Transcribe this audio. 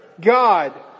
God